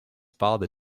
father